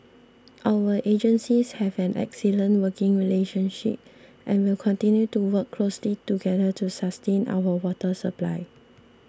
our agencies have an excellent working relationship and will continue to work closely together to sustain our water supply